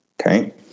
Okay